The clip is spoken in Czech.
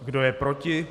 Kdo je proti?